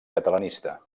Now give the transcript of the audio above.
catalanista